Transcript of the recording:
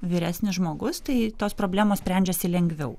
vyresnis žmogus tai tos problemos sprendžiasi lengviau